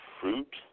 fruit